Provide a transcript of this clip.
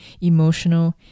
emotional